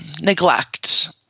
neglect